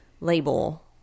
label